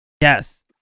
Yes